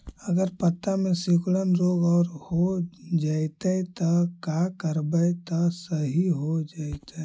अगर पत्ता में सिकुड़न रोग हो जैतै त का करबै त सहि हो जैतै?